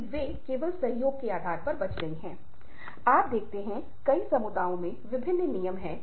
जैसा मैंने उल्लेख किया है कि इसके विभिन्न घटक हैं